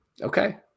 Okay